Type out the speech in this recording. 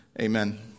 Amen